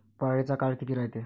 पराटीचा काळ किती रायते?